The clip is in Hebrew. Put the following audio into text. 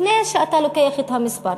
לפני שאתה לוקח את המספר.